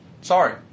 sorry